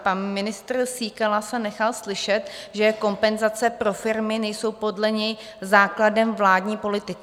Pan ministr Síkela se nechal slyšet, že kompenzace pro firmy nejsou podle něj základem vládní politiky.